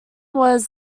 was